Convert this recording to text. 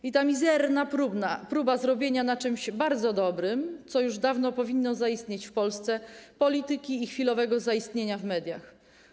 I ta mizerna próba zrobienia na czymś bardzo dobrym, co już dawno powinno zaistnieć w Polsce, polityki i ta chęć chwilowego zaistnienia w mediach.